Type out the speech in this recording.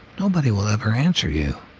nobody will ever answer you.